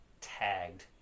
tagged